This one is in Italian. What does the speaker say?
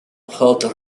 hot